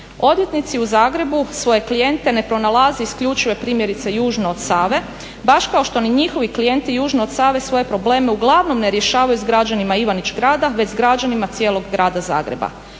Odvjetnici u Zagrebu svoje klijente ne pronalaze isključive primjerice južno od Save, baš kao što ni njihovi klijenti južno od Save svoje probleme uglavnom ne rješavaju s građanima Ivanić grada već s građanima cijelog Grada Zagreba.